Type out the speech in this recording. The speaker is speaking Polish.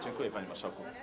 Dziękuję, panie marszałku.